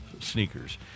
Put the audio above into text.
sneakers